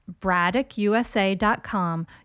braddockusa.com